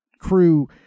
crew